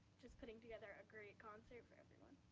just putting together a great concert for everyone.